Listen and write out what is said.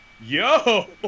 yo